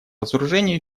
разоружению